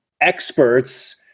experts